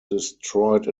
destroyed